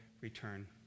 return